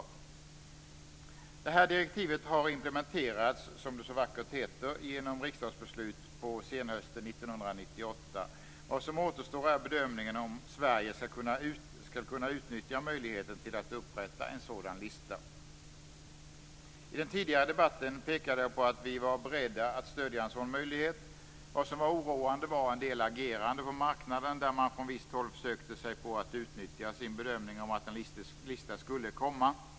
Detta direktiv har implementerats - som det så vackert heter - genom riksdagsbeslut på senhösten 1998. Det som återstår är bedömningen om Sverige skall kunna utnyttja möjligheterna att upprätta en sådan lista. I den tidigare debatten pekade jag på att vi var beredda att stödja en sådan möjlighet. Vad som var oroande var en del agerande på marknaden, där man från visst håll försökte sig på att utnyttja sin bedömning att en sådan lista skulle komma.